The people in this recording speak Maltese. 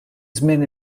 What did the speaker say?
żmien